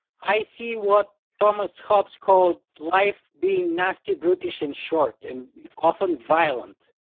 i see what thomas hobbs called life being nasty, brutish and short and often violent,